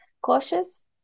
cautious